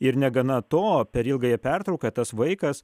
ir negana to per ilgąją pertrauką tas vaikas